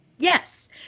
Yes